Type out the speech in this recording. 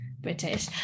British